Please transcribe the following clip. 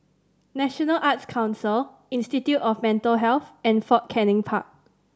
National Arts Council Institute of Mental Health and Fort Canning Park